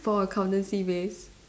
for accountancy base